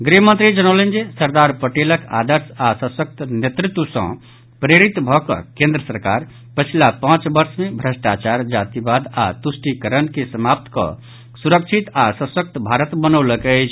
गृहमंत्री जनौलनि जे सरदार पटेलक आदर्श आ सशक्त नेतृत्व सॅ प्रेरित भऽकऽ केन्द्र सरकार पछिला पांच वर्ष मे भ्रष्टाचार जातिवाद आओर तुष्टिकरण के समाप्त कऽ सुरक्षित आओर सशक्त भारत बनौलक अछि